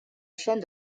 chaîne